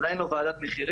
זאת עדיין לא ועדת מחירים,